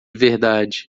verdade